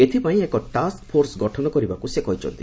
ଏଥିପାଇଁ ଏକ ଟାସ୍କାଫୋର୍ସ ଗଠନ କରିବାକୁ ସେ କହିଛନ୍ତି